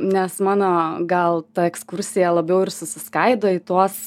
nes mano gal ta ekskursija labiau ir susiskaido į tuos